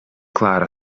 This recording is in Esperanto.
klara